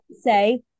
say